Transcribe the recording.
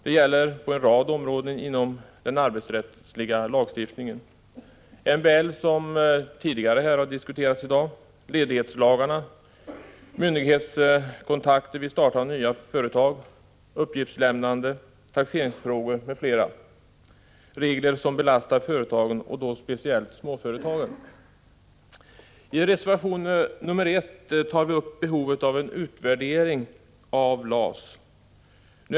Det gäller på en rad områden inom den arbetsrättsliga lagstiftningen. MBL, som har diskuterats här tidigare i dag, ledighetslagarna, myndighetskontakter vid startande av nya företag, uppgiftslämnande, taxeringsfrågor m.fl. är regler som belastar företagen och då speciellt småföretagen. I reservation nr 1 tar vi upp behovet av en utvärdering av LAS.